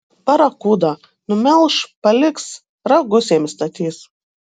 barakuda numelš paliks ragus jam įstatys